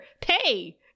pay